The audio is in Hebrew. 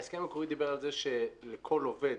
ההסכם המקורי דיבר על זה שלכל עובד